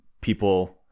people